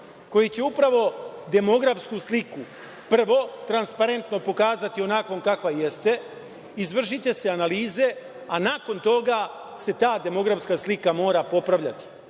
koji će upravo demografsku sliku prvo transparentno pokazati onakvom kakva jeste, izvršiće se analize, a nakon toga se ta demografska slika mora popravljati,